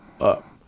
up